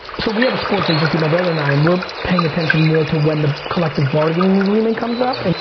so we have a sports agency, my brother and i. um we're paying attention more to when the collective bargaining agreement comes up. and